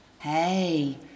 Hey